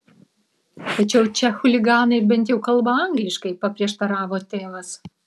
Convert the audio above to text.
tačiau čia chuliganai bent jau kalba angliškai paprieštaravo tėvas